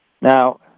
Now